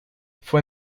fue